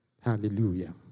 Hallelujah